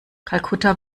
kalkutta